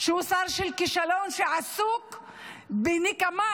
שהוא שר של כישלון, שעסוק בנקמה,